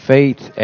Faith